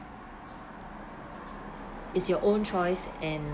it's your own choice and